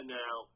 now